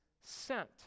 sent